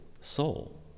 soul